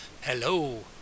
Hello